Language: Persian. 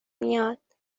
میاد